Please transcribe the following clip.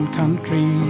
country